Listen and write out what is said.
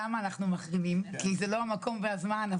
למה אנחנו מחרימים כי זה לא המקום והזמן.